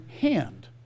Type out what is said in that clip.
hand